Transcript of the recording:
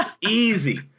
easy